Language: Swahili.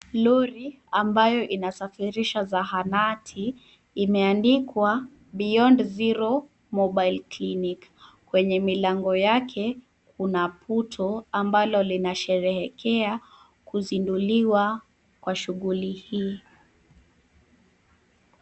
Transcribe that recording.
Lori ambayo inasafirisha zahanati imeandikwa Beyond Zero Mobile Clinic . Kwenye milango yake kuna puto ambalo linasherehekea kuzinduliwa kwa shughuli hii.